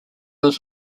was